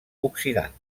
oxidant